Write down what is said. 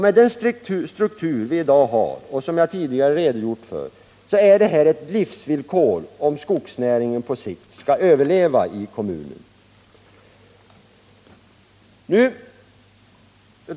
Med den struktur som vi i dag har och som jag tidigare har redogjort för är detta ett livsvillkor, om skogsnäringen på sikt skall kunna överleva i kommunen.